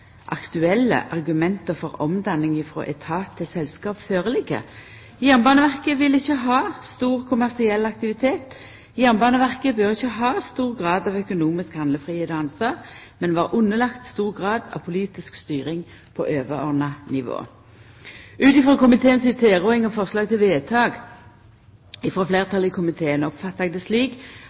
aktuelle argumenta for omdanning frå etat til selskap ligg føre. Jernbaneverket vil ikkje ha stor kommersiell aktivitet. Jernbaneverket bør ikkje ha stor grad av økonomisk handlefridom og ansvar, men vera underlagt stor grad av politisk styring på overordna nivå. Ut frå komiteen si tilråding og forslag til vedtak frå fleirtalet i komiteen oppfattar eg det slik